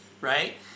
Right